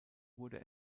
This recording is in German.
wurde